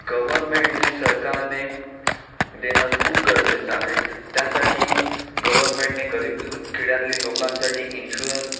गव्हरमेंटने सरकारने देणं खूप गरजेचं आहे त्यासाठी गव्हरमेंटने गरीब खेड्यातली लोकांसाठी इन्शुरन्स